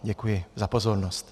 Děkuji za pozornost.